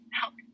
help